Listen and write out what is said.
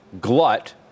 glut